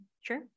sure